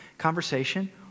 conversation